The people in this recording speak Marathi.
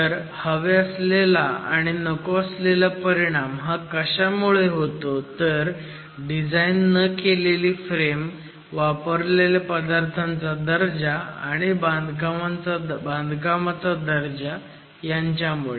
तर हवे असलेला आणि नको असलेला परिणाम हा कशामुळे होतो तर डिझाईन न केलेली फ्रेम वापरलेल्या पदार्थांचा दर्जा आणि बांधकामाचा दर्जा ह्यांच्यामुळे